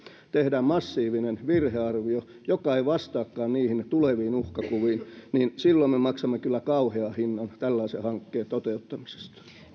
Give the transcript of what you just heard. tehdään massiivinen virhearvio joka ei vastaakaan tuleviin uhkakuviin niin silloin me maksamme kyllä kauhean hinnan tällaisen hankkeen toteuttamisesta